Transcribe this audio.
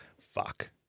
Fuck